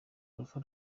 alpha